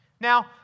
Now